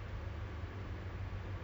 industrial building